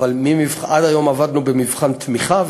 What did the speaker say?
עד היום עבדנו במבחן תמיכה,